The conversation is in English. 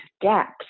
gaps